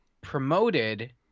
promoted